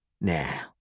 Now